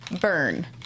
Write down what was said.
burn